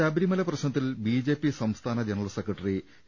ശബരിമല പ്രശ്നത്തിൽ B J P സംസ്ഥാന general secretary A